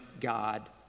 God